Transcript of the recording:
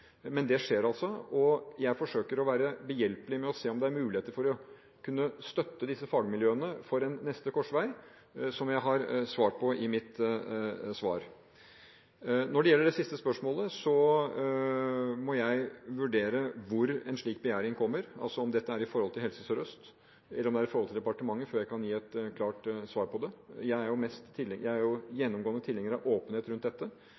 det de jobber med, men dette skjer altså. Jeg forsøker å være behjelpelig med å se om det er muligheter for å kunne støtte disse fagmiljøene for en neste korsvei, som jeg sa i mitt første svar. Når det gjelder det siste spørsmålet, må jeg vurdere hvor en slik begjæring kommer – om dette kommer til Helse Sør-Øst eller om det kommer til departementet før jeg kan gi et klart svar på det. Jeg er gjennomgående tilhenger av åpenhet rundt dette, både rundt